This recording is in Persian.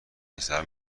پسرها